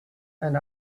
and